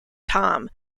tom